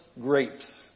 grapes